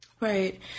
Right